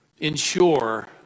ensure